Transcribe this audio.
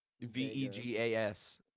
V-E-G-A-S